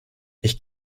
ich